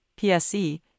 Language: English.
PSE